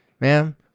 ma'am